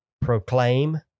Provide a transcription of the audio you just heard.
proclaim